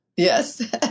Yes